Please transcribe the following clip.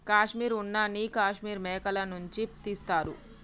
కాశ్మీర్ ఉన్న నీ కాశ్మీర్ మేకల నుంచి తీస్తారు